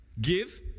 Give